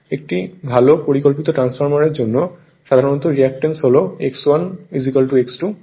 একটি ভাল পরিকল্পিত ট্রান্সফরমারের জন্য সাধারনত রিয়্যাকট্যান্স হল X1 X2